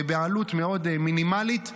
בעלות מינימלית מאוד,